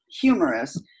humorous